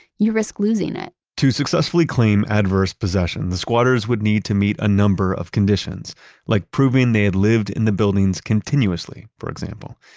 you risk losing it to successfully claim adverse possession, the squatters would need to meet a number of conditions like proving they had lived in the buildings continuously, for example.